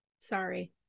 sorry